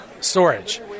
storage